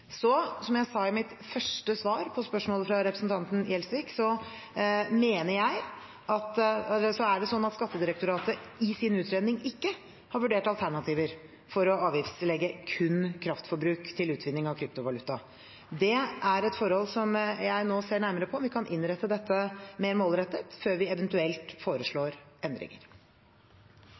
Som jeg sa i mitt første svar på spørsmålet fra representanten Gjelsvik, er det slik at Skattedirektoratet i sin utredning ikke har vurdert alternativer for å avgiftslegge kun kraftforbruk til utvinning av kryptovaluta. Det er et forhold som jeg nå ser nærmere på – om vi kan innrette dette mer målrettet, før vi eventuelt foreslår endringer.